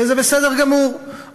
וזה בסדר גמור,